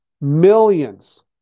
millions